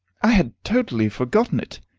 i had totally forgotten it,